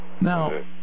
Now